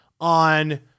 on